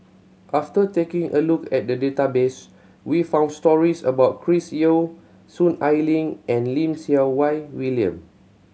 after taking a look at the database we found stories about Chris Yeo Soon Ai Ling and Lim Siew Wai William